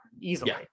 easily